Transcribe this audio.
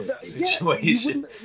situation